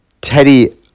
Teddy